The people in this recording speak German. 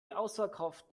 ausverkauft